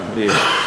גמליאל.